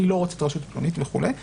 אני לא רוצה את רשות פלונית וכו'.